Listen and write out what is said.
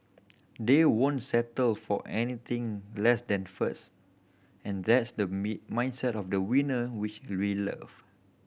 they won't settle for anything less than first and that's the me mindset of the winner which we love